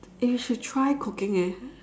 eh you should try cooking eh